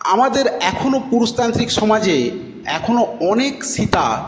আমাদের এখনও পুরুষতান্ত্রিক সমাজে এখনও অনেক সীতা